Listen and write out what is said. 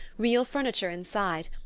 real furniture inside,